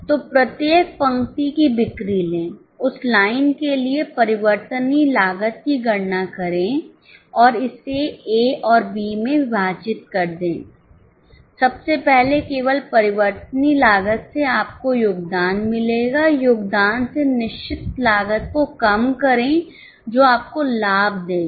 तो प्रत्येक पंक्ति की बिक्री ले उस लाइन के लिए परिवर्तनीय लागत की गणना करें और इसे ए और बी में विभाजित कर दें सबसे पहले केवल परिवर्तनीय लागत से आपको योगदान मिलेगा योगदान से निश्चित लागत को कम करें जो आपको लाभ देगा